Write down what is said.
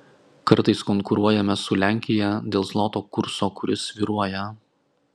kartais konkuruojame su lenkija dėl zloto kurso kuris svyruoja